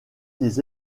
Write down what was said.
des